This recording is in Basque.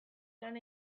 lan